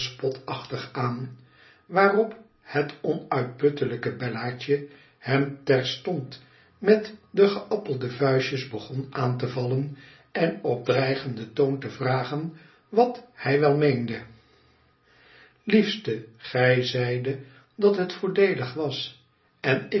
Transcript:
spotachtig aan waarop het onuitputtelijke bellaatje hem terstond met de geappelde vuistjes begon aan te vallen en op dreigenden toon te vragen wat hij wel meende liefste gij zeidet dat het voordeelig was en